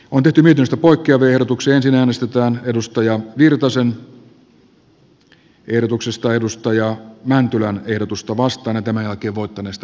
on tehty viidestä polkeverotukseen siinä onnistutaan edus ta ja eroaa edustaja mäntylän ehdotuksesta